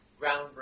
groundbreaking